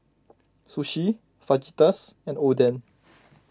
Sushi Fajitas and Oden